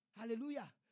Hallelujah